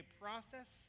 process